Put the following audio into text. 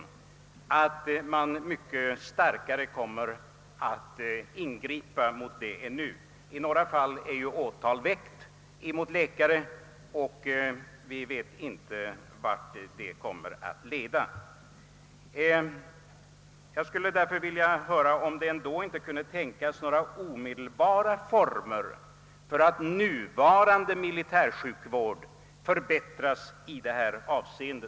I några sådana fall är åtal väckta mot läkarna, men vi vet inte vart dessa kommer att leda. Jag skulle därför vilja fråga, om det inte kunde tänkas några omedelbara åtgärder, varigenom den nuvarande militärsjukvården förbättrades i detta avseende.